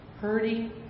hurting